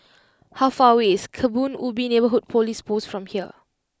how far away is Kebun Ubi Neighbourhood Police Post from here